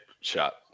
shot